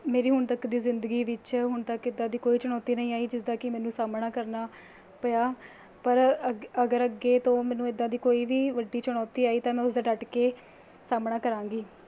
ਮੇਰੀ ਹੁਣ ਤੱਕ ਦੀ ਜ਼ਿੰਦਗੀ ਵਿੱਚ ਹੁਣ ਤੱਕ ਇਦਾਂ ਦੀ ਕੋਈ ਚੁਣੌਤੀ ਨਹੀਂ ਆਈ ਜਿਸਦਾ ਕਿ ਮੈਨੂੰ ਸਾਹਮਣਾ ਕਰਨਾ ਪਿਆ ਪਰ ਅਗ ਜੇਕਰ ਅੱਗੇ ਤੋਂ ਮੈਨੂੰ ਇਦਾਂ ਦੀ ਕੋਈ ਵੀ ਵੱਡੀ ਚੁਣੌਤੀ ਆਈ ਤਾਂ ਮੈਂ ਉਸਦਾ ਡੱਟ ਕੇ ਸਾਹਮਣਾ ਕਰਾਂਗੀ